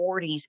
40s